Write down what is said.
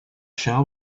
shall